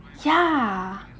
ya